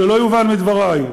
שלא יובן מדברי,